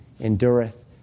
endureth